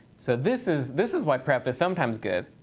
so this is this is why prep is sometimes good.